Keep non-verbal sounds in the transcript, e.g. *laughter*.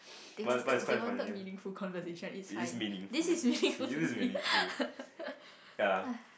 they wanted they wanted me meaningful conversation each time this is really close to me *laughs*